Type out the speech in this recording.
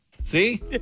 See